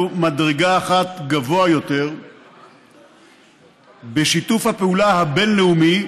מדרגה אחת גבוה יותר בשיתוף הפעולה הבין-לאומי,